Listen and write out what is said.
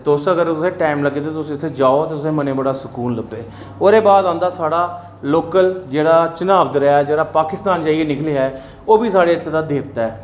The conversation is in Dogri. तुस अगर तुसेंई टैम लग्गे ते तुस उत्थै जाओ तुसेंई मन ई बड़ा सकून लग्गग ओह्दे बाद आई जंदा साढ़ा लोकल जेह्ड़ा चनाव दरेआ जेह्ड़े पाकिस्तान जाइयै निकलेआ ऐ ओह् बी साढ़ै इत्थूं दा देवता ऐ